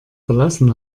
verlassen